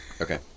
Okay